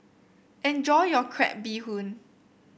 enjoy your Crab Bee Hoon